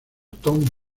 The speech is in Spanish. tom